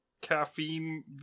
caffeine